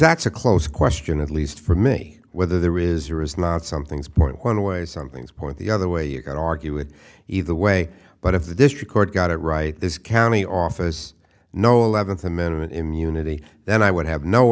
that's a close question at least for me whether there is or is not some things point one way something's point the other way you're going to argue it either way but if the district court got it right this county office no eleventh amendment immunity then i would have no